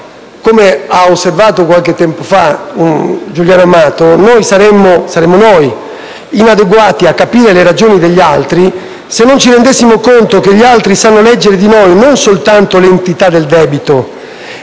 come ha osservato qualche tempo fa Giuliano Amato, saremmo noi inadeguati a capire le ragioni degli altri, se non ci rendessimo conto che gli altri sanno leggere di noi non soltanto l'entità del debito,